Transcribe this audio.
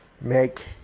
make